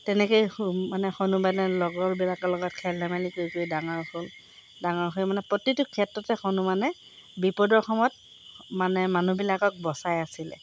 তেনেকেই মানে হনুমানে লগৰবিলাকৰ লগত খেল ধেমালি কৰি কৰি ডাঙৰ হ'ল ডাঙৰ হৈ মানে প্ৰতিটো ক্ষেত্ৰতে হনুমানে বিপদৰ সময়ত মানে মানুহবিলাকক বচাই আছিলে